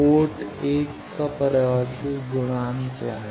port 1 का परावर्तित गुणांक क्या है